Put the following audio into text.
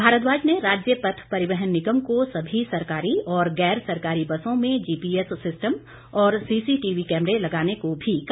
भारद्वाज ने राज्य पथ परिवहन निगम को सभी सरकारी और गैर सरकारी बसों में जीपीएस सिस्टम और सीसीटीवी कैमरे लगाने को भी कहा